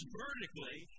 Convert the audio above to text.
vertically